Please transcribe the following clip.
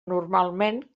normalment